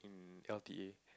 in l_t_a